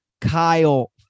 Kyle